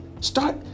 Start